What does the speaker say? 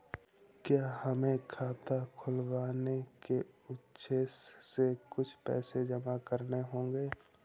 क्या हमें खाता खुलवाने के उद्देश्य से कुछ पैसे जमा करने होंगे?